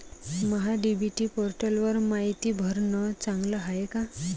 महा DBT पोर्टलवर मायती भरनं चांगलं हाये का?